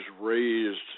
raised